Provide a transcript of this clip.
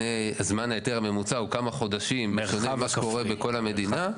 זמן ההיתר הממוצע הוא כמה חודשים שזה מה שקורה בכל המדינה.